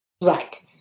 Right